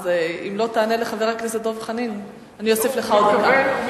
אז אם לא תענה לחבר הכנסת דב חנין אני אוסיף לך עוד דקה.